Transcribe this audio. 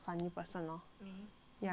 ya you